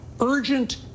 urgent